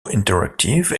interactive